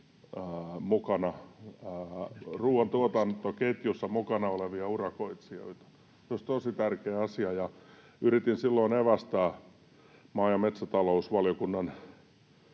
ruuantuotantoketjussa mukana olevia urakoitsijoita. Se olisi tosi tärkeä asia. Yritin silloin evästää maa- ja metsätalousvaliokunnan